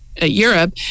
Europe